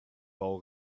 bau